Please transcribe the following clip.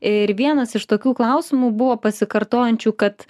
ir vienas iš tokių klausimų buvo pasikartojančių kad